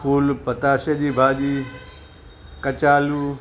full पताशे जी भाॼी कचालू